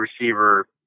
receiver